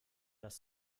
das